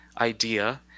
idea